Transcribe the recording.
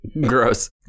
gross